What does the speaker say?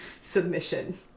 submission